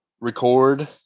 record